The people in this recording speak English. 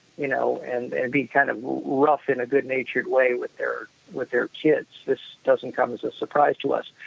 you know, and and be kind of rough in a good-natured way with their with their kids. this doesn't come as a surprise to us,